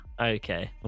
Okay